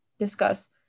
Discuss